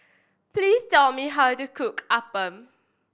please tell me how to cook Appam